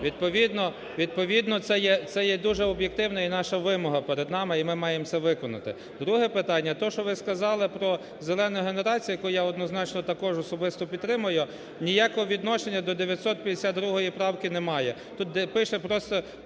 Відповідно це є дуже об'єктивно і наша вимога перед нами. І ми маємо це виконати. Друге питання. Те, що ви сказали про зелену генерацію, яку я однозначно також особисто підтримую, ніякого відношення до 952 правки не має,